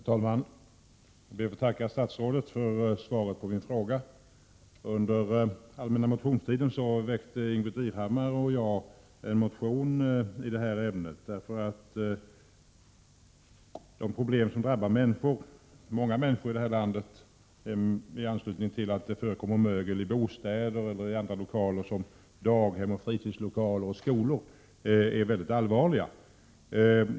Herr talman! Jag ber att få tacka statsrådet för svaret på min fråga. Under allmänna motionstiden väckte Ingbritt Irhammar och jag en motion i detta ämne därför att de problem som drabbar många människor i det här landet i anslutning till att det förekommer mögel i bostäder eller andra lokaler som daghem, fritidslokaler och skolor är mycket allvarliga.